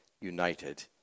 united